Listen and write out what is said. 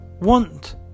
want